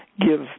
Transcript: give